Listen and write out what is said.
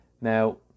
Now